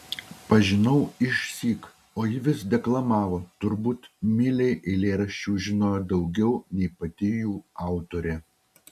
pažinau išsyk o ji vis deklamavo turbūt milei eilėraščių žinojo daugiau nei pati jų autorė